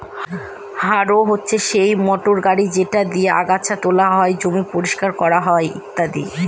harrow হচ্ছে সেই motor গাড়ি যেটা দিয়ে আগাচ্ছা তোলা হয়, জমি পরিষ্কার করা হয় ইত্যাদি